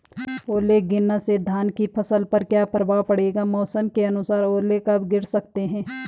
ओले गिरना से धान की फसल पर क्या प्रभाव पड़ेगा मौसम के अनुसार ओले कब गिर सकते हैं?